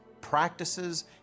Practices